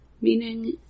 meaning